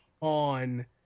on